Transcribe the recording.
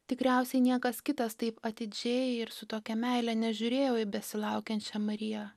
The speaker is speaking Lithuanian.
tikriausiai niekas kitas taip atidžiai ir su tokia meile nežiūrėjo į besilaukiančią mariją